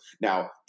now